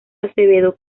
acevedo